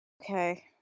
Okay